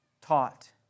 taught